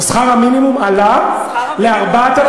שכר המינימום עלה ל-4,300,